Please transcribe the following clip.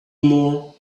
more